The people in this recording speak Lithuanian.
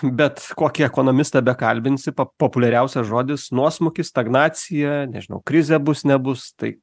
bet kokį ekonomistą bekalbinsi pa populiariausias žodis nuosmukis stagnacija nežinau krizė bus nebus tai